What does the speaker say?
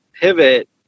pivot